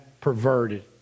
perverted